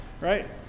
right